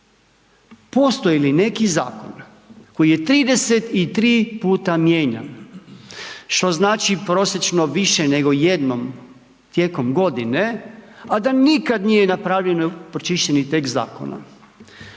Postoji li neki zakon koji je 33 puta mijenjan, što znači prosječno više nego jednom tijekom godine, a da nikada nije napravljeno pročišćeni tekst zakona?